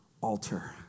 altar